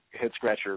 head-scratcher